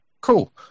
Cool